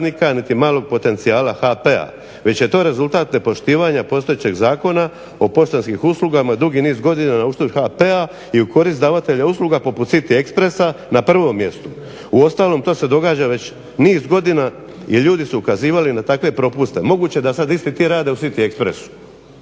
niti malog potencijala HP-a već je to rezultat nepoštivanja postojećeg Zakona o poštanskim uslugama dugi niz godina na uštrb HP-a i u korist davatelja usluga poput City Expressa na prvom mjestu. Uostalom to se događa već niz godina i ljudi su ukazivali na takve propuste. Moguće da sad isti ti rade u City Expressu.